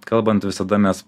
kalbant visada mes